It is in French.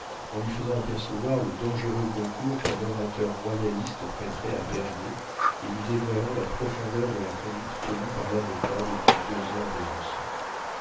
en lui faisant apercevoir le dangereux concours qu'un orateur royaliste prêterait à berryer et lui dévoilant la profondeur de la conduite tenue par l'avocat depuis deux ans à besançon